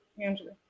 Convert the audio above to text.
Angela